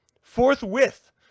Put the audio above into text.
forthwith